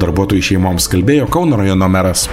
darbuotojų šeimoms kalbėjo kauno rajono meras